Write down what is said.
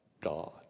God